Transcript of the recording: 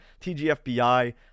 TGFBI